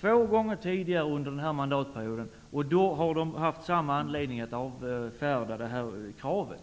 Två gånger tidigare under den här mandatperioden har det förekommit motioner i detta sammanhang. Då har det ju funnits samma anledning att avfärda det här kravet.